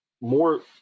More